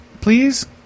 Please